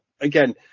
Again